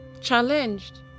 Challenged